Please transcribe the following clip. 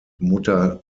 mutter